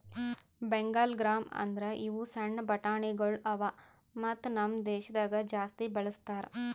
Bengal gram ಅಂದುರ್ ಇವು ಸಣ್ಣ ಬಟಾಣಿಗೊಳ್ ಅವಾ ಮತ್ತ ನಮ್ ದೇಶದಾಗ್ ಜಾಸ್ತಿ ಬಳ್ಸತಾರ್